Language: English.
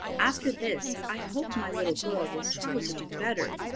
after this i hope my little girl will try to do better.